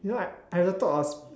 you know I I had the thought of